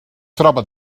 troba